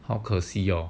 好可惜哦